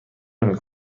نمی